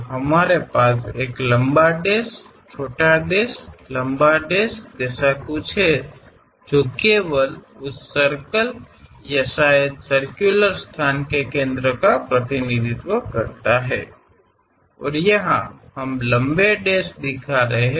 ಆದ್ದರಿಂದ ಇಲ್ಲಿ ನಾವು ಆ ವೃತ್ತದ ಮಧ್ಯಭಾಗವನ್ನು ಅಥವಾ ಬಹುಶಃ ವೃತ್ತಾಕಾರದ ಸ್ಥಳವನ್ನು ಪ್ರತಿನಿಧಿಸಲು ಶಾರ್ಟ್ ಡ್ಯಾಶ್ ಲಾಂಗ್ ಡ್ಯಾಶ್ನಂತಹದ್ದನ್ನು ಹೊಂದಿದ್ದೇವೆ